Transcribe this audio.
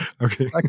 Okay